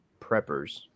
preppers